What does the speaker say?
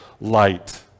light